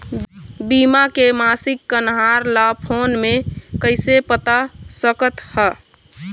बीमा के मासिक कन्हार ला फ़ोन मे कइसे पता सकत ह?